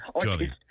Johnny